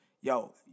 yo